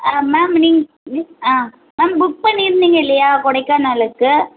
ma'am நீங்கள் ஆ ma'am book பண்ணியிருந்தீங்க இல்லையா கொடைக்கானலுக்கு